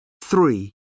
Three